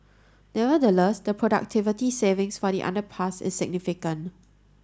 nevertheless the productivity savings for the underpass is significant